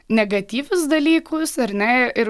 negatyvius dalykus ar ne ir